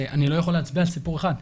שאני לא יכול להצביע על סיפור אחד.